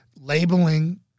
labeling